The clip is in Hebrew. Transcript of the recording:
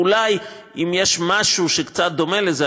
אולי אם יש משהו שקצת דומה לזה,